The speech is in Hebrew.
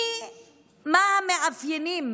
המאפיינים,